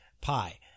Pi